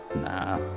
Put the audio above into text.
Nah